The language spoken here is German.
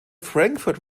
frankfurt